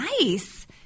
Nice